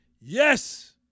Yes